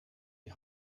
die